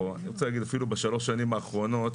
אפילו בשלוש השנים האחרונות,